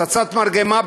פצצת מרגמה,